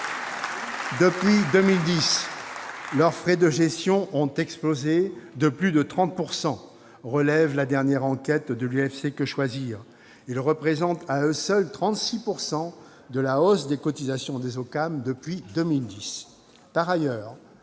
Depuis 2010, leurs frais de gestion ont explosé de plus de 30 %, relève la dernière enquête de l'UFC-Que choisir. Ils représentent à eux seuls 36 % de la hausse des cotisations des OCAM depuis 2010.